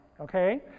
okay